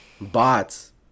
Bots